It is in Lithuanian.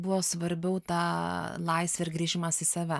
buvo svarbiau ta laisvė ir grįžimas į save